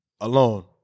alone